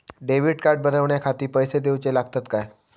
Debit card बनवण्याखाती पैसे दिऊचे लागतात काय?